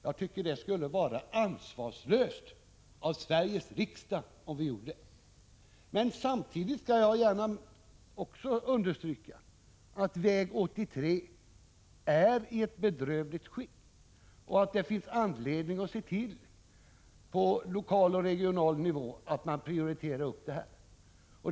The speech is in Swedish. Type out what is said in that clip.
Jag tycker att det skulle vara ansvarslöst av Sveriges riksdag att göra det. Samtidigt skall jag gärna understryka att väg 83 är i ett bedrövligt skick och att det finns anledning att se till att man på lokal och regional nivå prioriterar den.